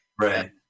Right